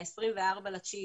ב-24.9,